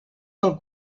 del